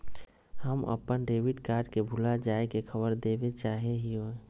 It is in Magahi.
हम अप्पन डेबिट कार्ड के भुला जाये के खबर देवे चाहे हियो